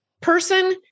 Person